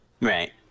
Right